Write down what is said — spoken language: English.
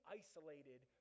isolated